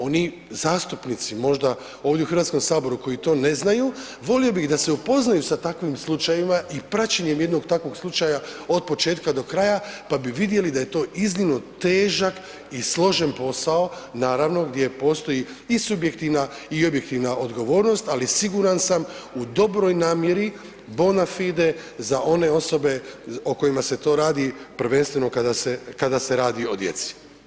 Oni zastupnici možda ovdje u Hrvatskom saboru koji to ne znaju volio bih da se upoznaju sa takvim slučajevima i praćenjem jednog takvog slučaja od početka do kraja, pa bi vidjeli da je to iznimno težak i složen posao, naravno gdje postoji i subjektivna i objektivna odgovornost, ali siguran sam u dobroj namjeri, bona fide za one osobe o kojima se to radi prvenstveno kada se radi o djeci.